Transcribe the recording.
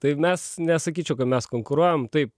tai mes nesakyčiau kad mes konkuruojam taip